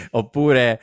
oppure